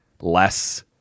less